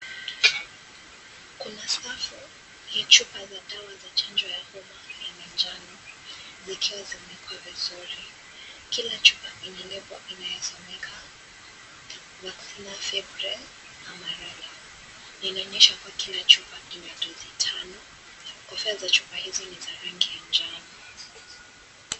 Kuna safu ya chupa za dawa za chanjo ya homa ya manjano zikiwa zimeekwa vizuri. Kila chupa ina label inayosomeka vacina fabre amerela inaonyesha kuwa kila chupa ina dosi tano. Kofia za chupa hizi ni ya rangi ya njano.